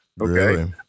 Okay